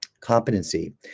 Competency